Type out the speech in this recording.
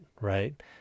right